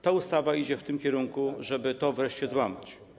Ta ustawa idzie w tym kierunku, żeby to wreszcie złamać.